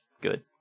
good